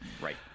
right